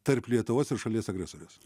tarp lietuvos ir šalies agresorės